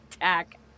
attack